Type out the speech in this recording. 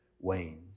wanes